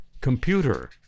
computer